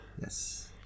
Yes